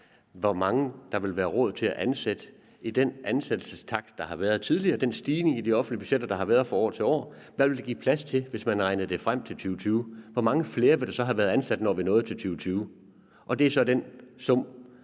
hvor mange der vil være råd til at ansætte i den ansættelsestakt, der har været tidligere, altså den stigning i de offentlige budgetter, der har været fra år til år. Hvad ville det give plads til, hvis man regnede det frem til 2020, hvor mange flere ville der så have været ansat, når vi nåede til 2020? Og det er så den sum,